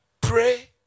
pray